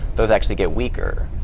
those actually get weaker.